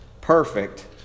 perfect